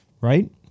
Right